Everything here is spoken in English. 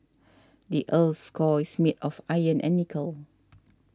the earth's core is made of iron and nickel